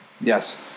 Yes